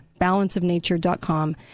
Balanceofnature.com